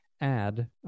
add